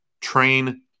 train